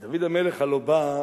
דוד המלך הלוא בא,